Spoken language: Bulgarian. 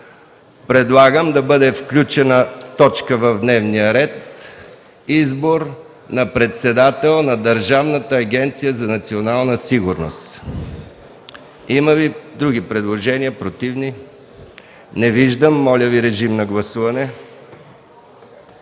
предлагам да бъде включена точка в дневния ред – Избор на председател на Държавната агенция за национална сигурност. Има ли други предложения, против? Не виждам. Моля, режим на гласуване.